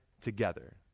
together